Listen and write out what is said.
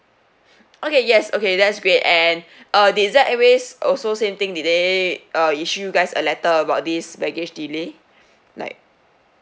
okay yes okay that's great and uh did Z airways also same thing did they err issue you guys a letter about this baggage delay like